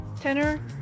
tenor